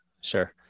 Sure